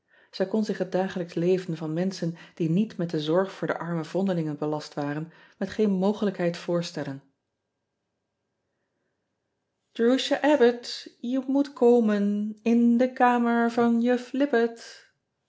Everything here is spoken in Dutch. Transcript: ij kon zich het dagelijksche leven van menschen die niet met den zorg voor de arme ean ebster adertje angbeen vondelingen belast waren met geen mogelijkheid voorstellen erusha bbott e moet komen n de kamer an